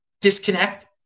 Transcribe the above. disconnect